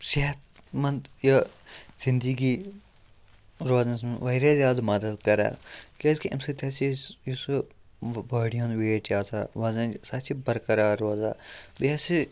صحت منٛد یہِ زِندگی روزنَس منٛز واریاہ زیادٕ مَدتھ کَران کیٛازکہِ اَمہِ سۭتۍ ہَسا یُس یُس سُہ باڈی ہُنٛد ویٹ چھِ آسان وَزن سۄ چھِ برقرار روزان بیٚیہِ ہَسا